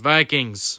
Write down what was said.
Vikings